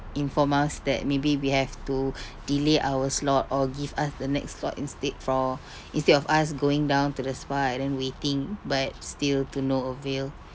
inform us that maybe we have to delay our slot or give us the next slot instead fro~ instead of us going down to the spa and then waiting but still to no avail